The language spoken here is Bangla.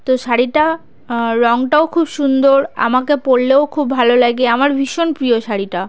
তো শাড়িটা রঙটাও খুব সুন্দর আমাকে পরলেও খুব ভালো লাগে আমার ভীষণ প্রিয় শাড়িটা